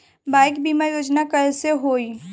Bike बीमा योजना कैसे होई?